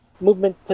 movement